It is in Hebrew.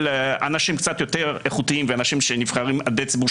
אנשים קצת יותר איכותיים ואנשים שנבחרים על ידי הציבור,